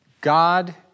God